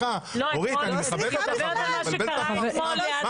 אורית, אני מכבד אותך, אבל קראת